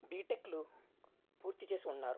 బీటెక్లు పూర్తి చేసి ఉన్నారు